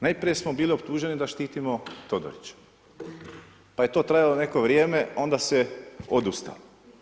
Najprije smo bili optuženi da štitimo Todorića pa je to trajalo neko vrijeme onda se odustalo.